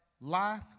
life